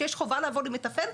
שיש חובה לעבוד עם מתפעל,